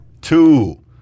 two